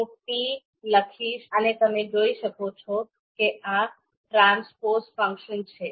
હું t લખીશ અને તમે જોઈ શકો છો કે આ ટ્રાન્સપોઝ ફંક્શન છે